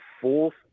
fourth